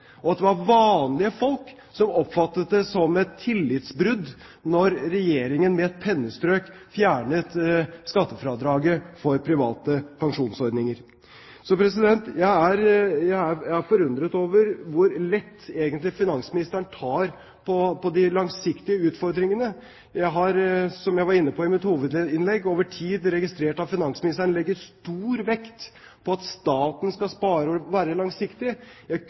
og at det var vanlige folk som oppfattet det som et tillitsbrudd da Regjeringen med et pennestrøk fjernet skattefradraget for private pensjonsordninger. Så jeg er forundret over hvor lett egentlig finansministeren tar på de langsiktige utfordringene. Jeg har – som jeg var inne på i mitt hovedinnlegg – over tid registrert at finansministeren legger stor vekt på at staten skal spare og være langsiktig. Jeg